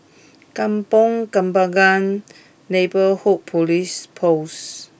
Kampong Kembangan Neighbourhood Police Post